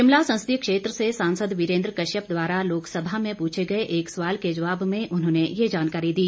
शिमला संसदीय क्षेत्र से सांसद वीरेंद्र कश्यप द्वारा लोकसभा में पूछे गए एक सवाल के जवाब में उन्होंने ये जानकारी दी